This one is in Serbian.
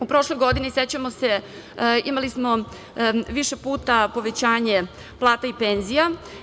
U prošloj godini, sećamo se, imali smo više puta povećanje plata i penzija.